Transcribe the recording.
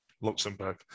Luxembourg